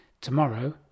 tomorrow